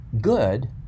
good